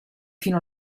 fino